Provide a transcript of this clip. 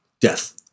death